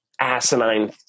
asinine